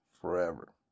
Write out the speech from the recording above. forever